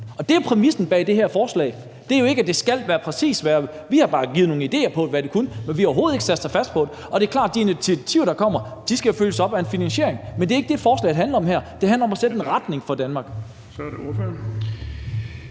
om. Det er jo præmissen for det her forslag. Det er jo ikke, at det præcis skal være det her. Vi har bare givet nogle idéer til, hvad det kunne være, men vi har overhovedet ikke lagt os fast på det. Og det er jo klart, at de initiativer, der kommer, skal følges op af en finansiering. Men det er ikke det, som forslaget her handler om; det handler om at sætte en retning for Danmark. Kl. 17:09 Den fg.